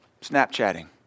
Snapchatting